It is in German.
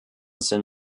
sind